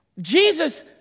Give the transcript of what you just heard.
Jesus